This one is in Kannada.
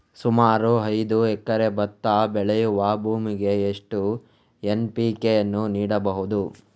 ಸುಮಾರು ಐದು ಎಕರೆ ಭತ್ತ ಬೆಳೆಯುವ ಭೂಮಿಗೆ ಎಷ್ಟು ಎನ್.ಪಿ.ಕೆ ಯನ್ನು ನೀಡಬಹುದು?